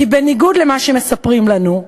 כי בניגוד למה שמספרים לנו,